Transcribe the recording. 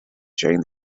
sharing